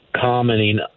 commenting